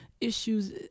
issues